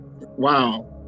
wow